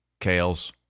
Kales